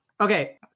Okay